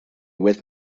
with